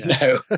No